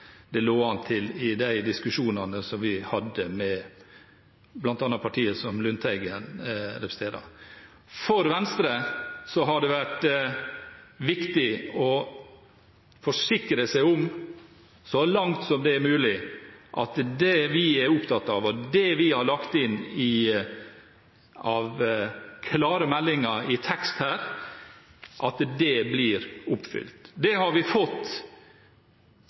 det lå an til å bli i de diskusjonene som vi hadde med bl.a. det partiet som Lundteigen representerer. For Venstre har det vært viktig å forsikre seg om, så langt som det er mulig, at det vi er opptatt av, og det vi har lagt inn av klare meldinger i tekst her, blir oppfylt. Vi har fått klare meldinger tilbake fra både statsminister og statsråd om at vi